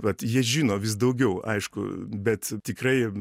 vat jie žino vis daugiau aišku bet tikrai